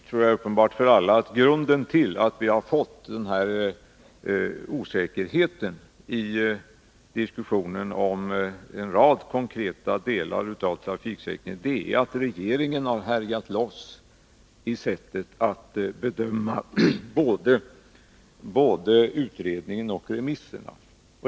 Herr talman! Jag tror det är uppenbart för alla att grunden till att vi har fått den här osäkerheten i diskussionen om en rad konkreta delar som gäller trafiksäkerheten är att regeringen har härjat fritt när den bedömt både utredningen och remissvaren.